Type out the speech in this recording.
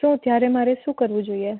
શું ત્યારે મારે શું કરવું જોઈએ